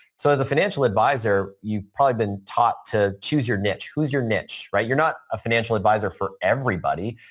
so, as a financial advisor, you've probably been taught to choose your niche, who's your niche, right? you're not a financial advisor for everybody.